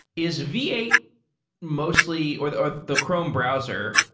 is v eight mostly or the or the chrome browser,